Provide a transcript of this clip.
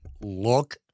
look